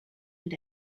and